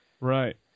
Right